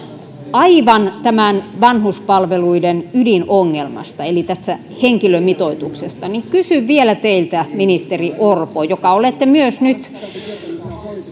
aivan vanhuspalveluiden ydinongelmasta eli tästä henkilöstömitoituksesta niin kysyn vielä teiltä ministeri orpo joka olette nyt myös